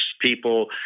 people